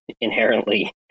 inherently